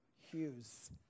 Hughes